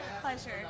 Pleasure